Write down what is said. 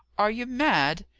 are you mad?